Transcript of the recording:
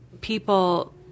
People